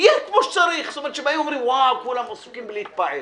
יהיה כפי שצריך ושכולם יעסקו בלהתפעל?